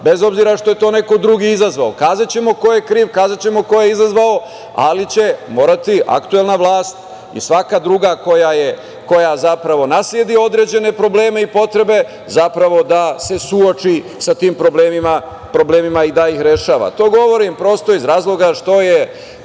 bez obzira što je to neko drugi izazvao. Kazaćemo ko je kriv, kazaćemo ko je izazvao, ali će morati aktuelna vlast i svaka druga koja zapravo nasledi određene probleme i potrebe, zapravo da se suoči sa tim problemima i da ih rešava. To govorim prosto iz razloga što je